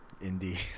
Indeed